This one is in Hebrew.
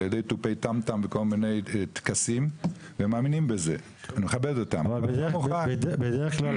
ידי תופי טם-טם וטכסים והם מאמינים בזה ואני מכבד אותם -- בדרך כלל,